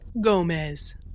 Gomez